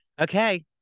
Okay